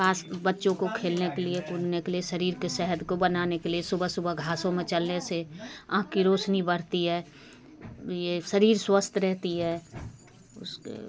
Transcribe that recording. पास बच्चों को खेलने के लिए कूदने के लिए शरीर की सेहत को बनाने के लिए सुबह सुबह घांस में चलने से आँख की रौशनी बढ़ती है ये शरीर स्वस्थ रहता है उसके